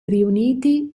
riuniti